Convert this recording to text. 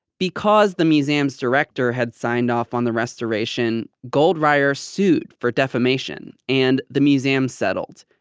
because the museum's director had signed off on the restoration, goldreyer sued for defamation, and the museum settled.